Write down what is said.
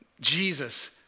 Jesus